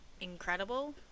incredible